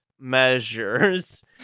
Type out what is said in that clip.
measures